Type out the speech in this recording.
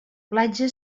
platja